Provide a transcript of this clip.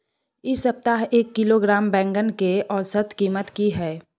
इ सप्ताह एक किलोग्राम बैंगन के औसत कीमत की हय?